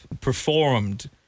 performed